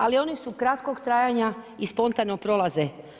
Ali oni su kratkog trajanja i spontano prolaze.